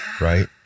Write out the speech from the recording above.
right